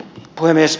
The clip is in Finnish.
puhemies